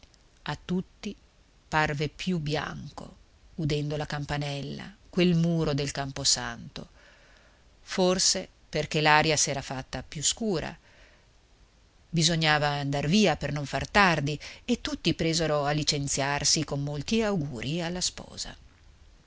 a tutti parve più bianco udendo la campanella quel muro del camposanto forse perché l'aria s'era fatta più scura bisognava andar via per non far tardi e tutti presero a licenziarsi con molti augurii alla sposa